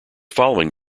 following